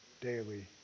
daily